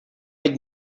had